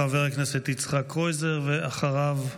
חבר הכנסת יצחק קרויזר, ואחריו,